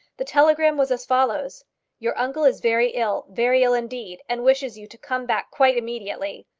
the telegram was as follows your uncle is very ill, very ill indeed, and wishes you to come back quite immediately.